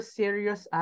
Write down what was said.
serious